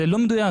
זה לא מדויק.